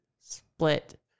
split